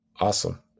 Awesome